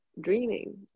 dreaming